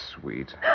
sweet